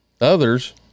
others